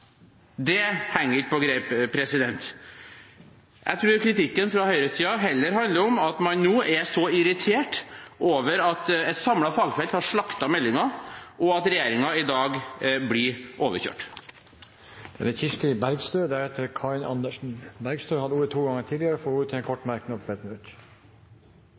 Det henger ikke på greip. Jeg tror kritikken fra høyresiden heller handler om at man nå er så irritert over at et samlet fagfelt har slaktet meldingen, og at regjeringen i dag blir overkjørt. Representanten Kirsti Bergstø har hatt ordet to ganger tidligere og får ordet til en kort merknad,